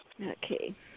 Okay